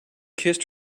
kissed